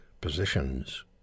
positions